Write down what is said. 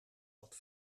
wat